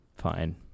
fine